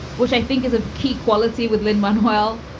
which i think is a key quality with lin manuel,